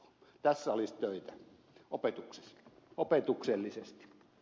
tässä olisi töitä opetuksellisesti